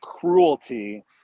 cruelty